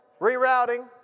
rerouting